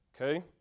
Okay